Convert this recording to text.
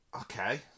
Okay